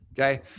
Okay